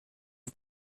are